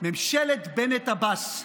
ממשלת בנט-עבאס.